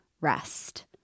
rest